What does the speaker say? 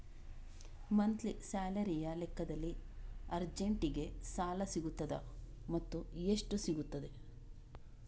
Monthly ಸ್ಯಾಲರಿಯ ಲೆಕ್ಕದಲ್ಲಿ ಅರ್ಜೆಂಟಿಗೆ ಸಾಲ ಸಿಗುತ್ತದಾ ಮತ್ತುಎಷ್ಟು ಸಿಗುತ್ತದೆ?